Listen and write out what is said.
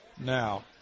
now